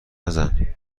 نزن